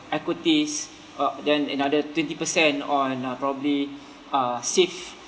equities uh then another twenty percent on uh probably uh safe